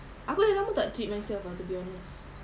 aku dah lama tak treat myself ah to be honest